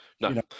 No